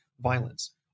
violence